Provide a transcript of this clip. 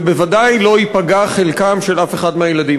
ובוודאי שלא ייפגע חלקו של אף אחד מהילדים.